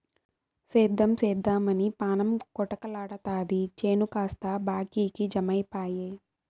సేద్దెం సేద్దెమని పాణం కొటకలాడతాది చేను కాస్త బాకీకి జమైపాయె